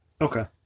Okay